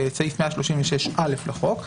את סעיף 136א לחוק,